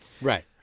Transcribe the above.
Right